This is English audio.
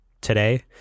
today